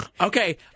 Okay